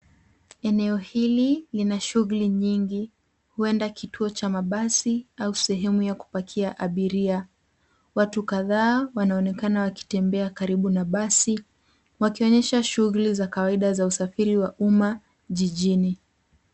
Eneo hili lina shughuli nyingi, huenda kituo cha mabasi au sehemu ya kupakia abiria. Watu kadhaa wanaonekana wakitembea karibu na basi, wakionyesha shughuli za kawaida za usafiri wa uma jijini.